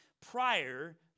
prior